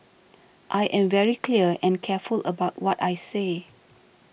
I am very clear and careful about what I say